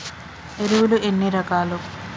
ఎరువులు ఎన్ని రకాలు?